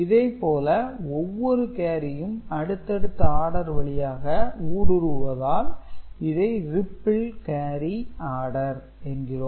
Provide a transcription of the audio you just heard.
இதைப்போல ஒவ்வொரு கேரியும் அடுத்தடுத்த ஆடர் வழியாக ஊடுருவுவதால் இதை ரிப்பல் கேரி ஆடர் என்கிறோம்